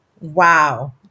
Wow